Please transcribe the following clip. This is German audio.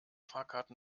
fahrkarten